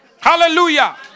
Hallelujah